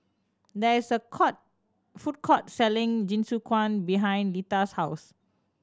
there is a court food court selling Jingisukan behind Litha's house